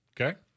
Okay